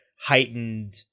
heightened